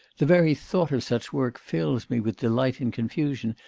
the very thought of such work fills me with delight and confusion.